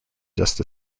just